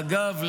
אגב,